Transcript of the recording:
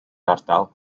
ardal